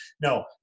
no